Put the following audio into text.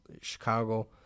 Chicago